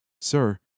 Sir